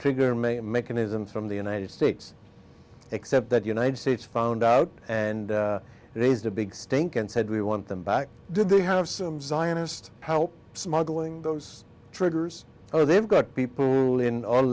trigger may mechanisms from the united states except that united states found out and raised a big stink and said we want them back did they have some zionist how smuggling those triggers are they've got people in